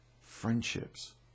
friendships